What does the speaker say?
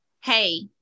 hey